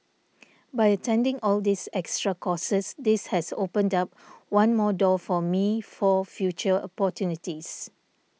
by attending all these extra courses this has opened up one more door for me for future opportunities